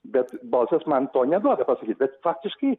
bet balsas man to neduoda pasakyt bet faktiškai